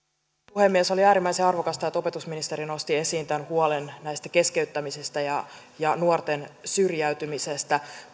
puhemies oli äärimmäisen arvokasta että opetusministeri nosti esiin tämän huolen näistä keskeyttämisistä ja ja nuorten syrjäytymisestä